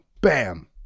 bam